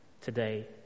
today